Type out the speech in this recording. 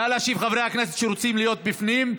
נא להושיב את חברי הכנסת שרוצים להיות בפנים,